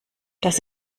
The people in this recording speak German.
das